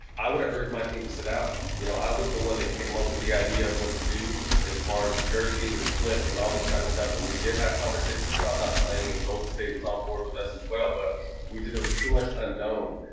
i would've urged my team to sit out. you know, i was the one that came up with the idea of what to do as far as the jerseys and flip and all this kinda kind of stuff. and we did have conversations about not playing, and golden state was on board with us as well, but we did there too much unknown.